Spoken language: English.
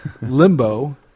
limbo